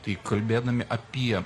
tai kalbėdami apie